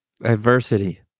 Adversity